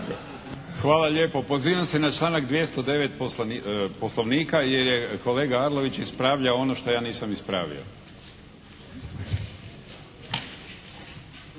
Hvala lijepo. Pozivam se na članak 209. Poslovnika jer je kolega Arlović ispravljao ono što ja nisam ispravio.